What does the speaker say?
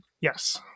Yes